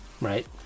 Right